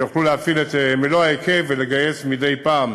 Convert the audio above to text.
שיוכלו להפעיל את מלוא ההיקף וגם לגייס מדי פעם